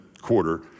quarter